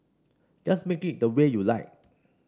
just make it the way you like